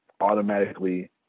automatically